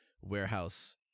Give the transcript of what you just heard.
warehouse